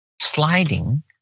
sliding